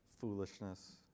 foolishness